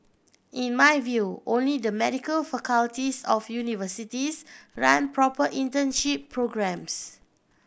in my view only the medical faculties of universities run proper internship programmes